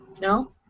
No